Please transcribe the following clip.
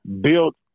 Built